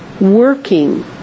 working